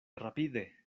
rapide